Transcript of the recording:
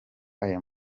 ayo